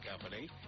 company